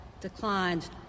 declined